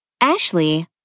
Ashley